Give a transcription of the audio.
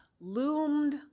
loomed